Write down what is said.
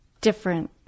different